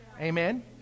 Amen